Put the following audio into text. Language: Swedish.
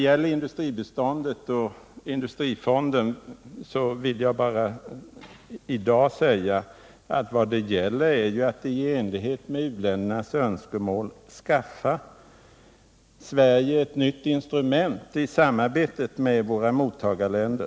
Vad beträffar industrifonden vill jag i dag bara säga att vad det gäller för Sverige är att i enlighet med u-ländernas önskemål skaffa ett nytt instrument i samarbetet med våra mottagarländer.